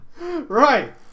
Right